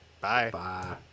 Bye